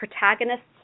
protagonists